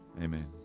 Amen